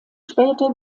später